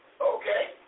okay